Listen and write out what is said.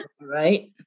right